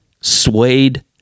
suede